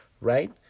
right